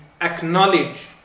acknowledge